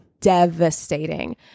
Devastating